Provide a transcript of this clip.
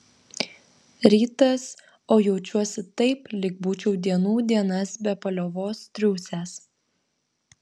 rytas o jaučiuosi taip lyg būčiau dienų dienas be paliovos triūsęs